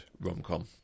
rom-com